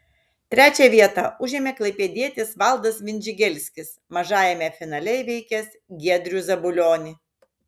trečią vietą užėmė klaipėdietis valdas vindžigelskis mažajame finale įveikęs giedrių zabulionį